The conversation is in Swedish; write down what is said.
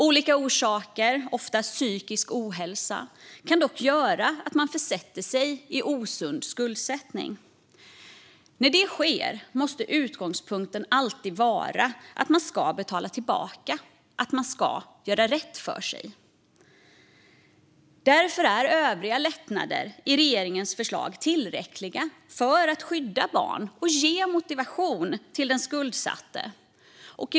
Olika orsaker, ofta psykisk ohälsa, kan dock göra att man försätter sig i osund skuldsättning. När det sker måste utgångspunkten alltid vara att man ska betala tillbaka, att man ska göra rätt för sig. Därför är övriga lättnader i regeringens förslag tillräckliga för att skydda barn och ge den skuldsatte motivation.